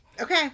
Okay